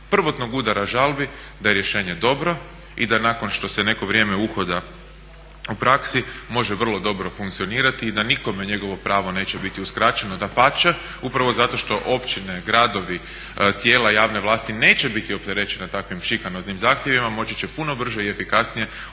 prvotnog udara žalbi da je rješenje dobro i da nakon što se neko vrijeme uhoda u praksi može vrlo dobro funkcionirati i da nikome njegovo pravo neće biti uskraćeno, dapače upravo zato što općine, gradovi, tijela javne vlasti neće biti opterećene takvim šikanoznim zahtjevima moći će puno brže i efikasnije